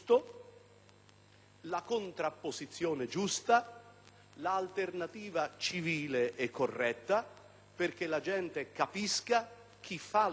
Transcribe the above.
la contrapposizione giusta, l'alternativa civile e corretta, perché la gente capisca chi fa le cose,